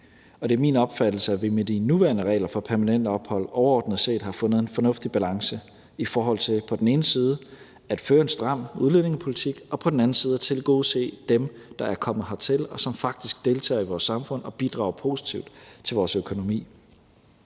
Og det er min opfattelse, at vi med de nuværende regler for permanent ophold overordnet set har fundet en fornuftig balance i forhold til på den ene side at føre en stram udlændingepolitik og på den anden side at tilgodese dem, der er kommet hertil, og som faktisk deltager i vores samfund og bidrager positivt til vores økonomi.